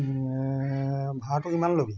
এই ভাড়াটো কিমান ল'বি